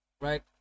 right